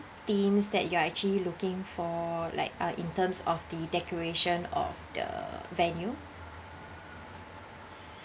themes that you are actually looking for like uh in terms of the decoration of the venue